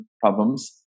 problems